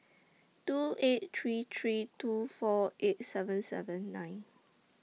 two eight three three two four eight seven seven nine